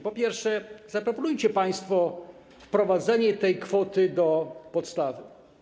Po pierwsze, zaproponujcie państwo wprowadzenie tej kwoty do podstawy.